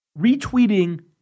retweeting